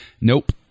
Nope